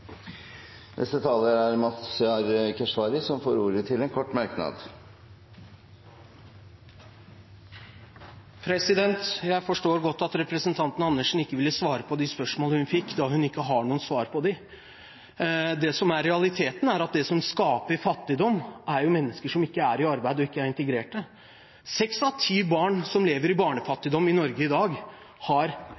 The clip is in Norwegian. Mazyar Keshvari har hatt ordet to ganger tidligere og får ordet til en kort merknad, begrenset til 1 minutt. Jeg forstår godt at representanten Andersen ikke ville svare på de spørsmålene hun fikk, da hun ikke har noen svar på dem. Det som er realiteten, er at det som skaper fattigdom, er at mennesker ikke er i arbeid og ikke er integrert. Seks av ti barn som lever i